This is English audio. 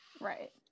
Right